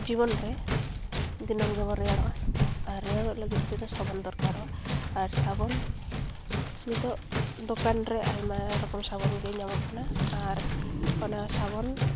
ᱡᱤᱵᱭᱱ ᱨᱮ ᱫᱤᱱᱟᱹᱢ ᱜᱮᱵᱚᱱ ᱨᱮᱭᱟᱲᱚᱜᱼᱟ ᱟᱨ ᱨᱮᱭᱟᱲᱚᱜ ᱞᱟᱹᱜᱤᱫ ᱛᱮᱫᱚ ᱥᱟᱵᱚᱱ ᱫᱚᱨᱠᱟᱨᱚᱜᱼᱟ ᱟᱨ ᱥᱟᱵᱚᱱ ᱱᱤᱛᱚᱜ ᱫᱚᱠᱟᱱ ᱨᱮ ᱟᱭᱢᱟ ᱨᱚᱠᱚᱢ ᱥᱟᱵᱚᱱ ᱜᱮ ᱧᱟᱢᱚᱜ ᱠᱟᱱᱟ ᱟᱨ ᱚᱱᱟ ᱥᱟᱵᱚᱱ